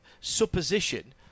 supposition